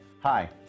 Hi